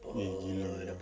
eh gila